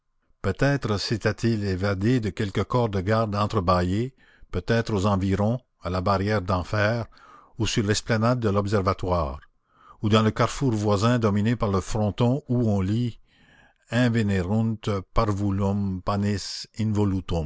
peut-être s'étaient-ils évadés de quelque corps de garde entrebâillé peut-être aux environs à la barrière d'enfer ou sur l'esplanade de l'observatoire ou dans le carrefour voisin dominé par le fronton où on lit invenerunt parvulum pannis